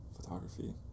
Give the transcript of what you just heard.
photography